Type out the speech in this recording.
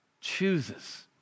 chooses